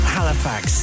Halifax